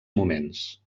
moments